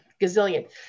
gazillion